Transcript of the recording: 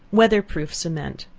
weather proof cement.